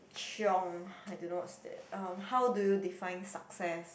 chiong I don't know what's that um how do you define success